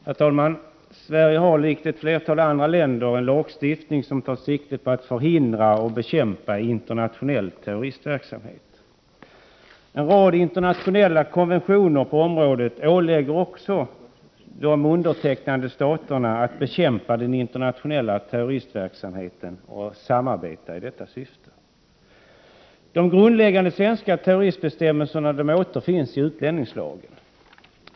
Herr talman! Sverige har liksom ett flertal andra länder en lagstiftning, som tar sikte på att förhindra och bekämpa internationell terroristverksamhet. En rad internationella konventioner på området ålägger också de undertecknande staterna att bekämpa den internationella terroristverksamheten och att samarbeta i detta syfte. De grundläggande svenska terroristbestämmelserna återfinns i utlänningslagen.